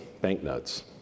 banknotes